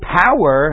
power